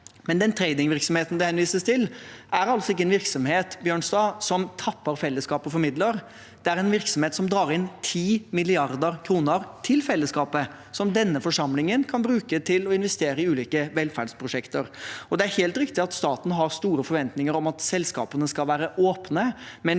Den tradingvirksomheten det henvises til, er altså ikke en virksomhet som tapper fellesskapet for midler. Det er en virksomhet som drar inn 10 mrd. kr til fellesskapet, som denne forsamlingen kan bruke til å investere i ulike velferdsprosjekter. Det er helt riktig at staten har store forventninger om at selskapene skal være åpne,